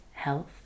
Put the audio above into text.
health